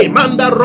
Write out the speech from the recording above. Manda